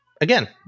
again